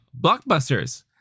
Blockbusters